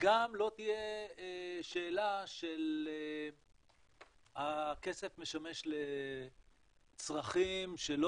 וגם לא תהיה שאלה של הכסף משמש לצרכים שלא